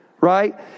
right